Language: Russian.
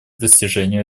достижению